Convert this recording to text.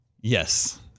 Yes